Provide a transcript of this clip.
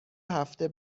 هفته